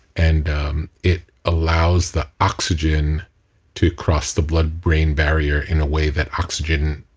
and it allows the oxygen to cross the blood brain barrier in a way that oxygen,